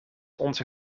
onze